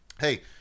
hey